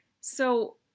So-